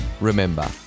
remember